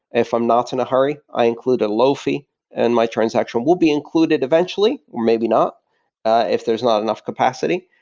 if i'm not in a hurry, i include a low fee and my transaction will be included eventually or maybe not if there's not enough capacity.